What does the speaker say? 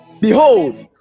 Behold